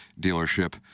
dealership